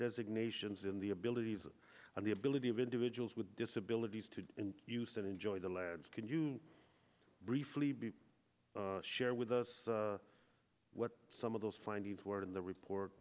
designations in the abilities and the ability of individuals with disabilities to use and enjoy the lads could you briefly be share with us what some of those findings were in the report